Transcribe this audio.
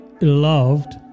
loved